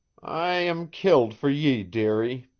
i am killed for ye, dearie.